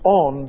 on